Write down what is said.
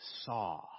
saw